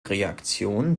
reaktion